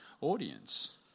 audience